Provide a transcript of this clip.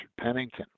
Pennington